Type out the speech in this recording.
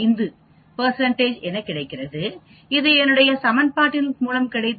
5 என்று கிடைக்கிறது இது என்னுடைய சமன்பாட்டின் மூலம் கிடைத்த 26